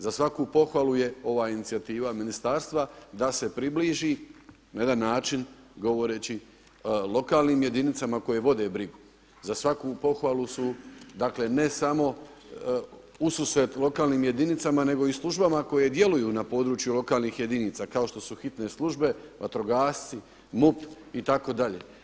Za svaku pohvalu je ova inicijativa ministarstva da se približi na jedan način govoreći lokalnim jedinicama koje vode brigu, za svaku pohvalu su ne samo u susret lokalnim jedinicama nego i službama koje djeluju na području lokalnih jedinica, kao što su hitne službe, vatrogasci, MUP itd.